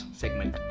segment